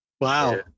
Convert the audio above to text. Wow